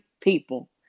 people